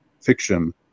fiction